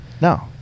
No